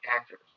actors